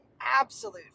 absolute